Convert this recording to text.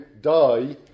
die